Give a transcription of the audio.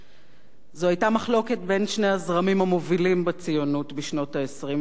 זו היתה מחלוקת בין שני הזרמים המובילים בציונות בשנות ה-20 וה-30,